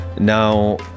Now